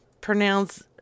pronounce